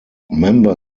member